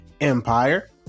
empire